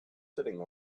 sitting